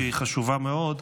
שהיא חשובה מאוד,